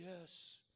yes